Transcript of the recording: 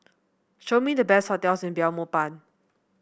show me the best hotels in Belmopan